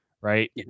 right